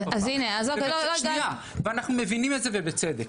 אנחנו מבינים את זה ובצדק.